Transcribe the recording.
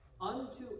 unto